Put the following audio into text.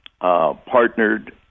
partnered